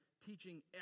teaching